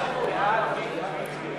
מי נגד?